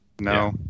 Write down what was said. No